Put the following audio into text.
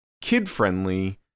kid-friendly